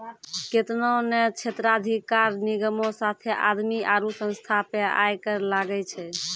केतना ने क्षेत्राधिकार निगमो साथे आदमी आरु संस्था पे आय कर लागै छै